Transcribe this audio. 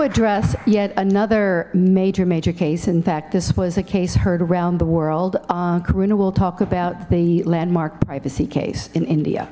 address yet another major major case in fact this was a case heard around the world karuna will talk about the landmark privacy case in india